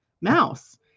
mouse